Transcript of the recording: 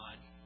God